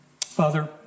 Father